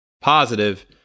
positive